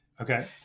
Okay